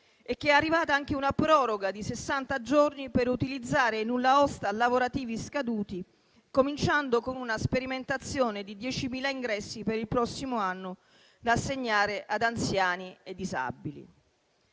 e che è arrivata anche una proroga di sessanta giorni per utilizzare i nulla osta lavorativi scaduti, cominciando con una sperimentazione di 10.000 ingressi per il prossimo anno, da assegnare ad anziani e disabili.